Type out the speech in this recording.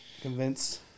convinced